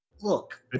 Look